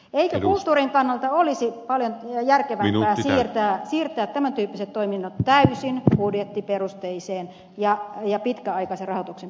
eikö kulttuurin kannalta olisi paljon järkevämpää siirtää tämän tyyppiset toiminnot täysin budjettiperusteisen ja pitkäaikaisen rahoituksen piiriin